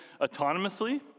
autonomously